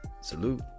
Salute